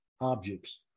objects